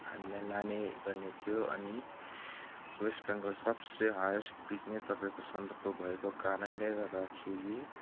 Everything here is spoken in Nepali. हामीलाई लाने गर्ने थियो अनि वेस्ट बेङ्गल सबसे हाइयेस्ट पिक नै तपाईँको सन्दकपू भएको कारणले गर्दाखेरि